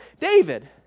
David